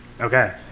Okay